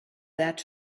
that